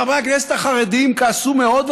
חברי הכנסת החרדים כעסו מאוד,